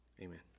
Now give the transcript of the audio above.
Amen